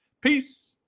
Peace